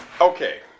Okay